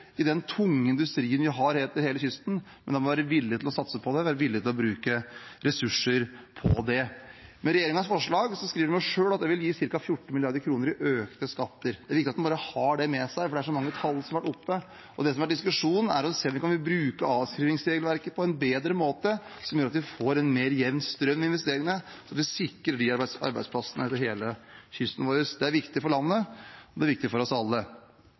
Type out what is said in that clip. i den tunge industrien vi har langs hele kysten, men da må vi være villige til å satse på det – vi må være villige til å bruke ressurser på det. I regjeringens forslag skriver den selv at det vil gi ca. 14 mrd. kr i økte skatter. Det er viktig at en har det med seg, for det er så mange tall som har vært oppe, og det som har vært diskusjonen, er å se om vi kan bruke avskrivningsregelverket på en måte som gjør at vi får en mer jevn strøm i investeringene og sikrer de arbeidsplassene langs hele kysten vår. Det er viktig for landet, og det er viktig for oss alle.